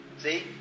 See